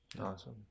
Awesome